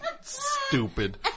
Stupid